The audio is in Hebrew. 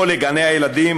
או לגני הילדים,